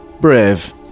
brave